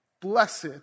blessed